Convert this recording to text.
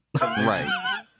Right